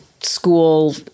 school